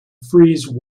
freeze